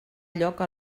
lloc